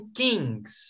kings